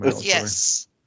Yes